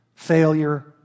Failure